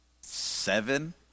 seven